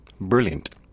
Brilliant